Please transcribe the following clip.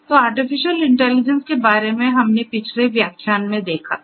तो artificial intelligence के बारे में हमने पिछले व्याख्यान में देखा था